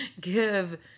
give